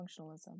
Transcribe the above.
functionalism